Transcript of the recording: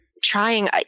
trying